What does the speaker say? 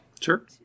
Sure